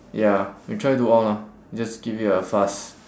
ya we try do all lah just give it a fast